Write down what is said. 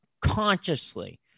consciously